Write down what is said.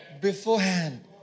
beforehand